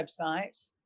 websites